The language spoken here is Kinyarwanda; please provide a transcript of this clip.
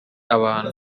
abantu